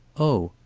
oh,